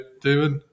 David